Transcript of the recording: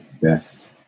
best